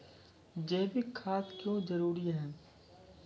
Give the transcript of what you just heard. जैविक खाद क्यो जरूरी हैं?